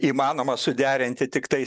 įmanoma suderinti tiktais